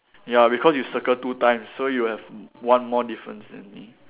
ya because you circle two times so you have one more difference than me